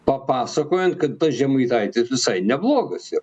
papasakojant kad ta žemaitaitis visai neblogas yra